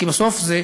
א.